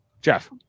Jeff